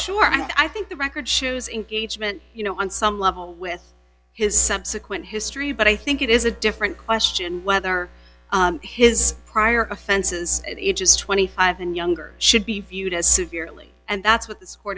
and i think the record shows engagement you know on some level with his subsequent history but i think it is a different question whether his prior offenses at ages twenty five and younger should be viewed as severely and that's what the